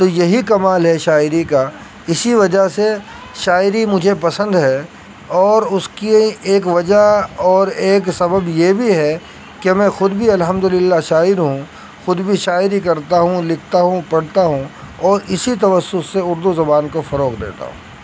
تو یہی کمال ہے شاعری کا اسی وجہ سے شاعری مجھے پسند ہے اور اس کی ایک وجہ اور ایک سبب یہ بھی ہے کہ میں خود بھی الحمد للہ شاعر ہوں خود بھی شاعری کرتا ہوں لکھتا ہوں پڑھتا ہوں اور اسی توسط سے اردو زبان کو فروغ دیتا ہوں